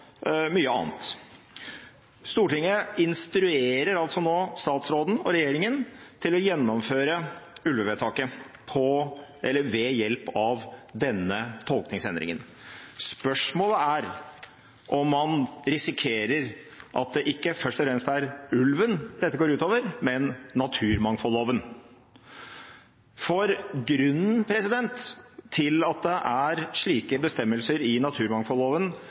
mye annet. Stortinget instruerer altså nå statsråden og regjeringen til å gjennomføre ulvevedtaket ved hjelp av denne tolkningsendringen. Spørsmålet er om man risikerer at det ikke først og fremst er ulven dette går ut over, men naturmangfoldloven. Grunnen til at det er slike bestemmelser i naturmangfoldloven,